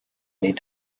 need